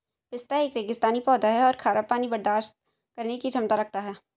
पिस्ता एक रेगिस्तानी पौधा है और खारा पानी बर्दाश्त करने की क्षमता रखता है